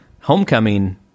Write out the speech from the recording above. homecoming